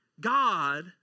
God